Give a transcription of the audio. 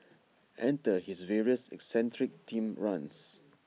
enter his various eccentric themed runs